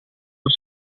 los